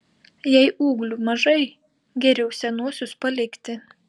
jei ūglių mažai geriau senuosius palikti